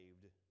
saved